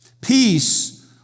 Peace